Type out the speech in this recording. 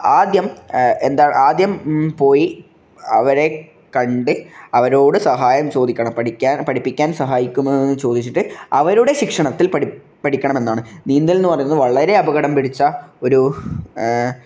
ആദ്യം എന്താണ് ആദ്യം പോയി അവരെ കണ്ട് അവരോട് സഹായം ചോദിക്കണം പഠിക്കാൻ പഠിപ്പിക്കാൻ സഹായിക്കുമോ എന്ന് ചോദിച്ചിട്ട് അവരുടെ ശിക്ഷണത്തിൽ പഠി പഠിക്കണമെന്നാണ് നീന്തലെന്ന് പറയുന്നത് വളരെ അപകടം പിടിച്ച ഒരു